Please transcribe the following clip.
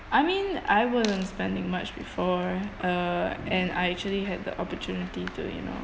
I mean I wasn't spending much before uh and I actually had the opportunity to you know